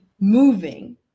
moving